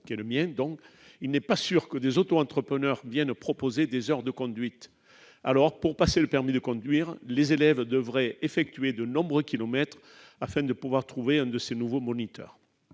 de l'Aveyron, il n'est pas sûr que des auto-entrepreneurs viennent proposer des heures de conduite. Pour passer le permis de conduire, les élèves devraient effectuer de nombreux kilomètres avant de pouvoir trouver un de ces nouveaux moniteurs.